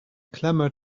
clamored